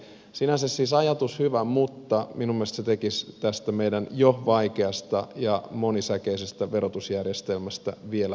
sinänsä siis hyvä ajatus mutta minun mielestäni se tekisi tästä meidän jo vaikeasta ja monisäikeisestä verotusjärjestelmästä vielä monimutkaisemman